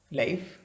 life